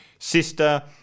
sister